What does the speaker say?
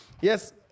yes